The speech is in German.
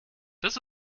das